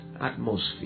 atmosphere